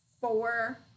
four